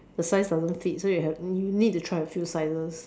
the size doesn't fit so you have you need to try a few sizes